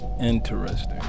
interesting